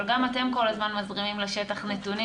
אבל גם אתם כל הזמן מזרימים לשטח נתונים